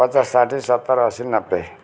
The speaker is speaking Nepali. पचास साठी सत्तर असी नब्बे